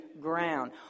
ground